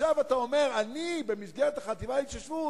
ועכשיו אתה אומר: אני, במסגרת החטיבה להתיישבות,